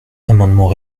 amendement